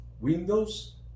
windows